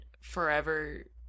forever